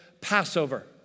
Passover